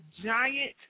giant